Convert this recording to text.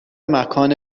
مکان